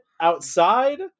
outside